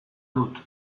dut